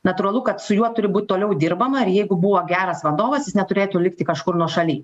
natūralu kad su juo turi būt toliau dirbama ir jeigu buvo geras vadovas jis neturėtų likti kažkur nuošaly